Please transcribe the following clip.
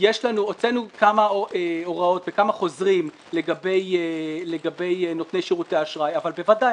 הוצאנו כמה הוראות וכמה חוזרים לגבי נותני שירותי האשראי אבל בוודאי,